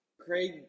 Craig